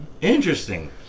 Interesting